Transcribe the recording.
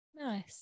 Nice